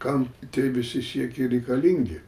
kam tie visi siekiai reikalingi